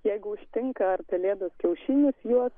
jeigu užtinka ar pelėdos kiaušinius juos